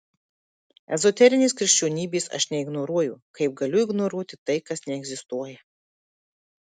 ezoterinės krikščionybės aš neignoruoju kaip galiu ignoruoti tai kas neegzistuoja